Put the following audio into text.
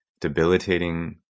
debilitating